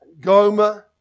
Goma